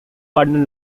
cardinal